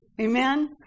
Amen